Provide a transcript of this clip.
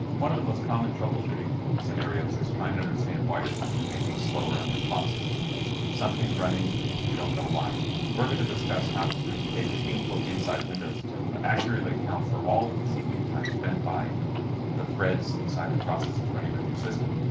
one of the most common troubleshooting scenarios is trying to understand why your system may be slower unresponsive something's running you don't know why we're gonna discuss how to take a deep look inside windows to accurately account for all of the cpu time spent by the threads inside the processes running on your system